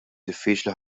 diffiċli